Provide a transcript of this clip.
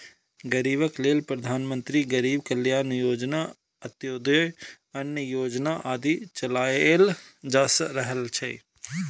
गरीबक लेल प्रधानमंत्री गरीब कल्याण योजना, अंत्योदय अन्न योजना आदि चलाएल जा रहल छै